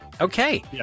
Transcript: Okay